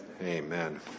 Amen